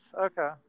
Okay